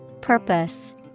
Purpose